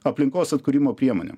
aplinkos atkūrimo priemonėm